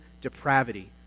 depravity